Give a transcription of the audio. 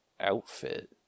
outfit